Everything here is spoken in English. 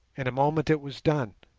in a moment it was done,